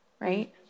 right